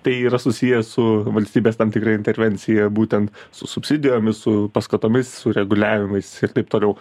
tai yra susiję su valstybės tam tikra intervencija būtent su subsidijomis su paskatomis su reguliavimais ir taip toliau